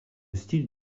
style